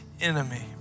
enemy